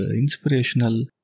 inspirational